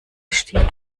stieg